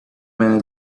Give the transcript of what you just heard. man